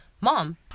mom